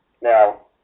Now